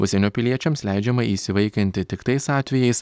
užsienio piliečiams leidžiama įsivaikinti tik tais atvejais